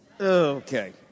Okay